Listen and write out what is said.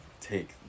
take